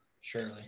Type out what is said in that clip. surely